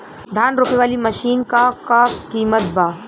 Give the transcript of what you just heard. धान रोपे वाली मशीन क का कीमत बा?